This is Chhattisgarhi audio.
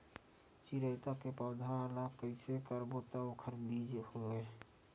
चिरैता के पौधा ल कइसे करबो त ओखर बीज होई?